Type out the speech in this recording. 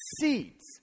seeds